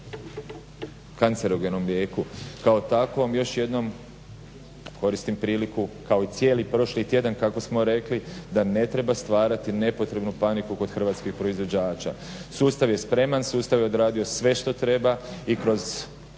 kancerogenom mlijeku, kao takvom još jednom koristim priliku kao i cijeli prošli tjedan kako smo rekli da ne treba stvarati nepotrebnu paniku kod hrvatskih proizvođača. Sustav je spreman, sustav je odradio sve što treba i kroz